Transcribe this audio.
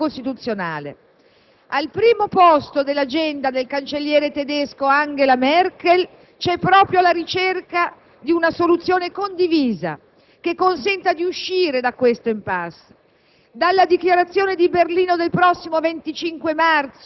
ha riportato la centralità del rilancio del Trattato costituzionale. Al primo posto dell'agenda del cancelliere tedesco Angela Merkel c'è proprio la ricerca di una soluzione condivisa che consenta di uscire dall'*impasse*.